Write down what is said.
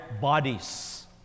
bodies